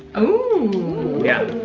ooh. yeah,